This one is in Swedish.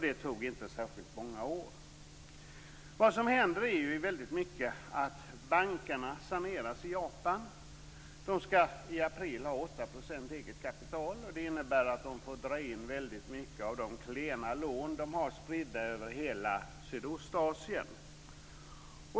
Det tog inte särskilt många år. Vad som händer är väldigt mycket att bankerna saneras i Japan. De skall i april ha 8 % eget kapital. Det innebär att de får dra in väldigt mycket av de klena lån de har spridda över hela Sydostasien.